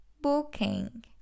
Booking